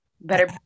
better